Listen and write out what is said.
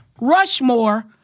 Rushmore